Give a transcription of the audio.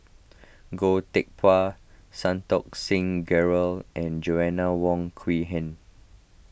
Goh Teck Phuan Santokh Singh Grewal and Joanna Wong Quee Heng